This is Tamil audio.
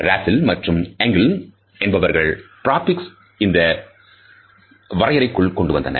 Raffle மற்றும் Engle என்பவர்கள் பிராக்சேமிக்ஸ் இந்த தை இந்த வரையறைக்குள் கொண்டு வந்தனர்